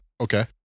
Okay